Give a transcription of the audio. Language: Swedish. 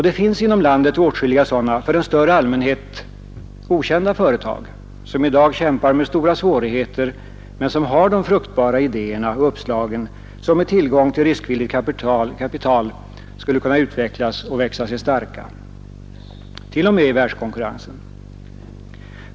Det finns inom landet åtskilliga sådana för en större allmänhet okända företag, som i dag kämpar med stora svårigheter men som har de fruktbara idéerna och uppslagen, vilka med tillgång till riskvilligt kapital skulle kunna utvecklas och växa sig starka — t.o.m. i världskonkurrensen.